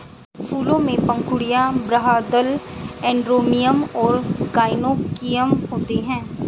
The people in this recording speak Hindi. फूलों में पंखुड़ियाँ, बाह्यदल, एंड्रोमियम और गाइनोइकियम होते हैं